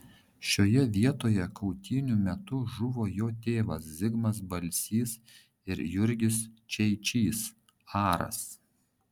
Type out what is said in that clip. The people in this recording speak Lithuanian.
šioje vietoje kautynių metu žuvo jo tėvas zigmas balsys ir jurgis čeičys aras